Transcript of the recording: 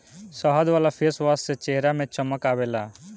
शहद वाला फेसवाश से चेहरा में चमक आवेला